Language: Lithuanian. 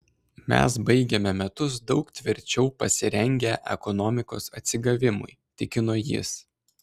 mes baigiame metus daug tvirčiau pasirengę ekonomikos atsigavimui tikino jis